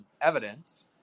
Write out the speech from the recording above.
evidence